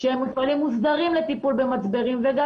שהם מפעלים מוסדרים לטיפול במצברים וגם